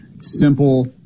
simple